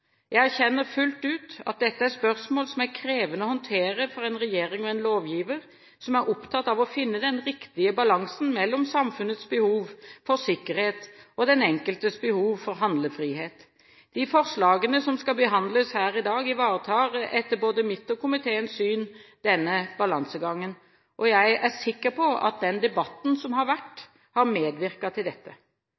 Jeg erkjenner fullt ut at dette er spørsmål som er krevende å håndtere for en regjering og en lovgiver som er opptatt av å finne den riktige balansen mellom samfunnets behov for sikkerhet og den enkeltes behov for handlefrihet. De forslagene som skal behandles her i dag, ivaretar etter både mitt og komiteens syn denne balansegangen. Jeg er sikker på at den debatten som har vært,